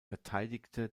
verteidigte